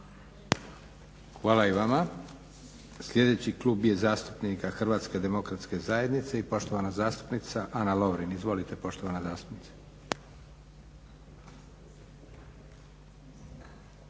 Hvala i vama. Sljedeći klub je zastupnika HDZ-a i poštovana zastupnica Ana Lovrin. Izvolite poštovana zastupnice.